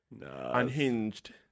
unhinged